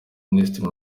minisitiri